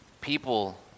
People